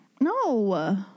No